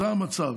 זה המצב,